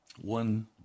One